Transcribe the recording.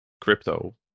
crypto